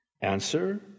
Answer